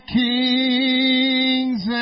kings